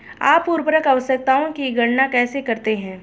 आप उर्वरक आवश्यकताओं की गणना कैसे करते हैं?